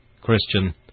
Christian